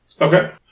Okay